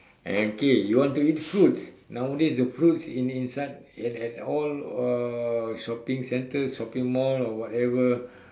okay you want to eat fruits nowadays the fruits in inside at at all uh shopping centre or shopping mall or whatever